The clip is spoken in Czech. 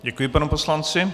Děkuji panu poslanci.